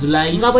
life